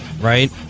right